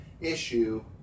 issue